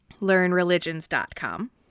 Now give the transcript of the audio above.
learnreligions.com